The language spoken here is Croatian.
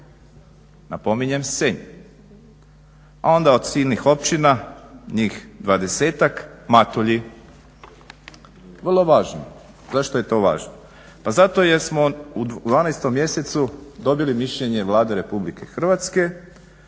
napominjem Senj, a onda od silnih općina njih dvadesetak Matulji, vrlo važno. Zašto je to važno? Pa zato jel smo u 12. mjesecu dobili mišljenje Vlade Republike Hrvatske